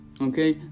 Okay